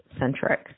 centric